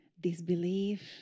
disbelief